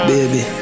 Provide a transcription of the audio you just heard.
Baby